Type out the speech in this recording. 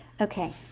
Okay